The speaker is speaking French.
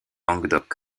languedoc